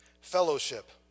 Fellowship